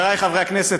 חברי חברי הכנסת,